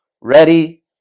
ready